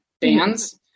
bands